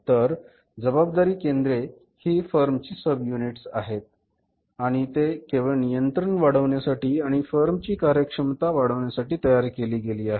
तर जबाबदारी केंद्रे ही फॉर्मची सबनिट्स आहेत आणि ते केवळ नियंत्रण वाढवण्यासाठी आणि फर्मची कार्यक्षमता वाढविण्यासाठी तयार केली गेली आहेत